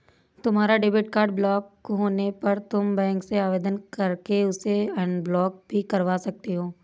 तुम्हारा debit card block होने पर तुम बैंक से आवेदन करके उसे अनब्लॉक भी करवा सकते हो